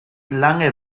lange